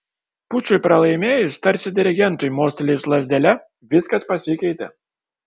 pučui pralaimėjus tarsi dirigentui mostelėjus lazdele viskas pasikeitė